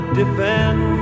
defend